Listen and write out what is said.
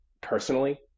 personally